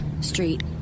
Street